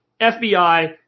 FBI